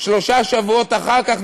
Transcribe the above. שלושה שבועות אחר כך,